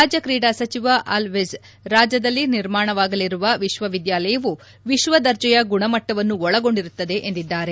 ರಾಜ್ಯ ಕ್ರೀಡಾ ಸಚಿವ ಅಲ್ ವಿಜ್ ರಾಜ್ಯದಲ್ಲಿ ನಿರ್ಮಾಣವಾಗಲಿರುವ ವಿಶ್ವವಿದ್ಯಾಲಯವು ವಿಶ್ವದರ್ಜೆಯ ಗುಣಮಟ್ಟವನ್ನು ಒಳಗೊಂಡಿರುತ್ತದೆ ಎಂದಿದ್ದಾರೆ